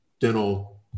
dental